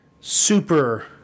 super